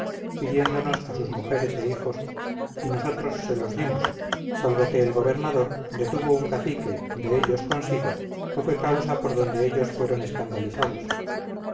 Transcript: pidiéndonos a sus mujeres e hijos y nosotros se los dimos salvo que el gobernador detuvo un cacique de ellos consigo que fue causa por donde ellos fueron escandalizados